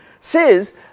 says